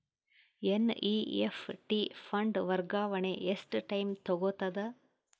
NEFT fund ವರ್ಗಾವಣೆ ಎಷ್ಟ time ತೋಗೊತದ?